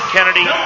Kennedy